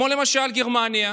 למשל גרמניה,